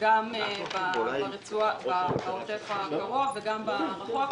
גם בעוטף הקרוב וגם ברחוק.